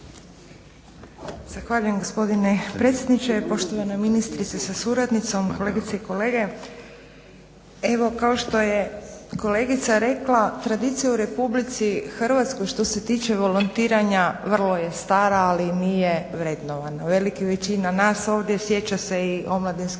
Zahvaljujem gospodine predsjedniče, poštovana ministrice sa suradnicom, kolegice i kolege. Evo kao što je kolegica rekla tradicija u RH što se tiče volontiranja vrlo je stara ali nije vrednovana. Velika većina nas ovdje sjeća se i omladinskih